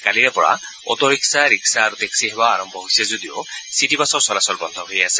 কালিৰে পৰা auto rickshaw rickshaw আৰু টেপ্সি সেৱা আৰম্ভ হৈছে যদিও চিটিবাছৰ চলাচল বন্ধ হৈয়ে আছে